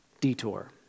detour